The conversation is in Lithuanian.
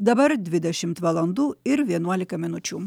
dabar dvidešimt valandų ir vienuolika minučių